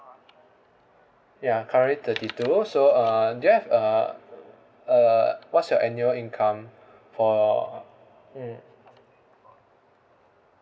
ya currently thirty two so uh do you have uh uh what's your annual income for mm